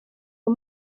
uwo